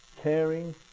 caring